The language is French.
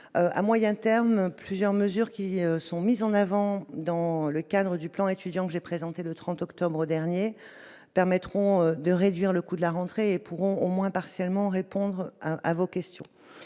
à moyen terme, plusieurs mesures qui sont mises en avant dans le cadre du plan étudiant j'ai présenté le 30 octobre dernier permettront de réduire le coût de la rentrée pourront au moins partiellement, répondre à vos questions